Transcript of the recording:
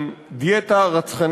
ל-4%.